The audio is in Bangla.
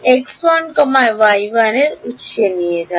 X1 y1 এর পরে উত্সে নিয়ে যান